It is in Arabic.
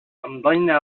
أمضينا